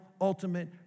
ultimate